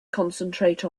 concentrate